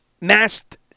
masked